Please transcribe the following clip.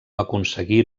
aconseguir